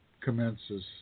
commences